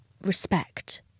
respect